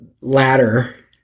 ladder